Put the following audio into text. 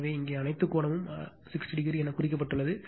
எனவே இங்கே அனைத்து கோணமும் 60o என குறிக்கப்பட்டுள்ளது